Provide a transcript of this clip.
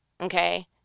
okay